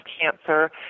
cancer